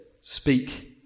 speak